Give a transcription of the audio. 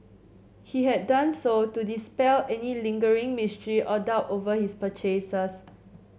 he had done so to dispel any lingering mystery or doubt over his purchases